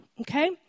Okay